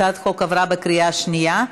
הצעת החוק עברה בקריאה שנייה.